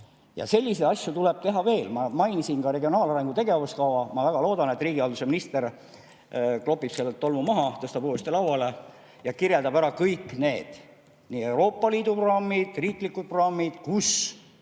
Ja selliseid asju tuleb teha veel. Ma mainisin ka regionaalarengu tegevuskava. Ma väga loodan, et riigihalduse minister klopib sellelt tolmu maha, tõstab selle uuesti lauale ning kirjeldab ära kõik need Euroopa Liidu programmid ja riiklikud programmid,